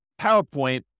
PowerPoint